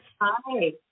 Hi